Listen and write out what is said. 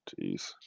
Jeez